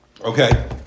Okay